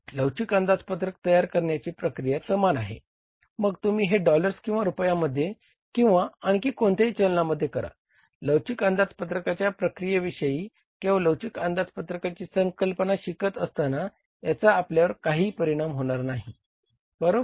लवचिक अंदाजपत्रक तयार करण्याची प्रक्रिया समान आहे मग तुम्ही हे डॉलर्स किंवा रुपयांमध्ये किंवा आणखी कोणत्याही चलनामध्ये करा लवचिक अंदाजपत्रकाच्या प्रक्रियेविषयी किंवा लवचिक अंदाजपत्रकाची संकल्पना शिकत असताना याचा आपल्यावर काहीही परिणाम होणार नाही बरोबर